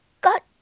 got